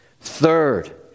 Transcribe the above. Third